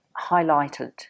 highlighted